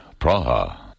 Praha